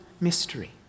mystery